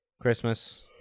Christmas